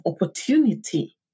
opportunity